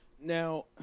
Now